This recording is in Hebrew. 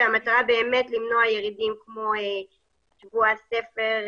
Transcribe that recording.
והכוונה באמת למנוע ירידים כמו שבוע הספר,